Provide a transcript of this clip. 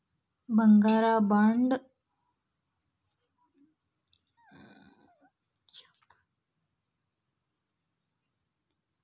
ಬಂಗಾರ ಬಾಂಡ್ ತೊಗೋಬೇಕಂದ್ರ ಕಡಮಿ ಅಂದ್ರ ಎಷ್ಟರದ್ ತೊಗೊಬೋದ್ರಿ?